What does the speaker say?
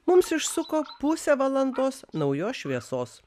mums išsuko pusę valandos naujos šviesos